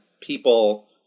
people